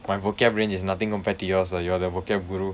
my vocab range is nothing compared to yours ah you are the vocab guru